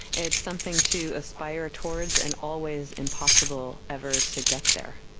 it's something to aspire towards and always impossible ever to get there.